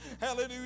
Hallelujah